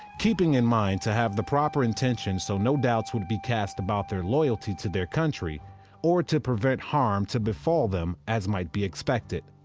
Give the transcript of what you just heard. keeping in mind to have the proper intentions so no doubts would be cast about their loyalty to their country or to prevent harm to befall them as might be expected.